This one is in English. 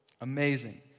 amazing